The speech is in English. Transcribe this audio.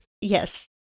Yes